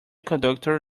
conductor